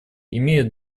имеют